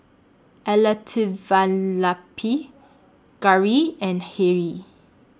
Elattuvalapil Gauri and Hri